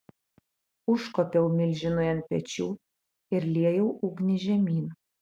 užkopiau milžinui ant pečių ir liejau ugnį žemyn